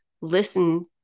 listen